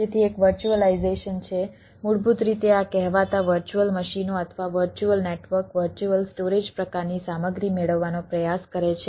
તેથી એક વર્ચ્યુઅલાઈઝેશન છે મૂળભૂત રીતે આ કહેવાતા વર્ચ્યુઅલ મશીનો અથવા વર્ચ્યુઅલ નેટવર્ક વર્ચ્યુઅલ સ્ટોરેજ પ્રકારની સામગ્રી મેળવવાનો પ્રયાસ કરે છે